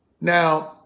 Now